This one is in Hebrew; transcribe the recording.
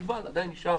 ואזור מוגבל עדיין נשאר